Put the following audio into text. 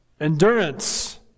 endurance